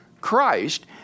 Christ